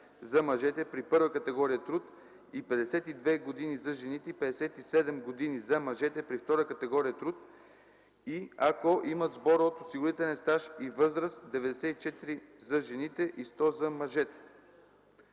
за мъжете при първа категория труд и 52 години за жените и 57 години за мъжете при втора категория труд и ако имат сбор от осигурителен стаж и възраст 94 за жените и 100 за мъжете.”